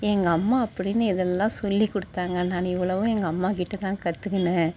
எங்கள் அம்மா அப்படினு இதெல்லாம் சொல்லிக் கொடுத்தாங்க நான் இவ்வளவும் எங்கள் அம்மாகிட்டேத்தான் கற்றுகின